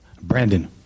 Brandon